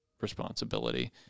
responsibility